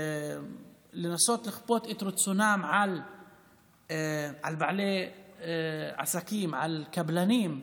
לנסות לכפות את רצונם על בעלי עסקים, על קבלנים.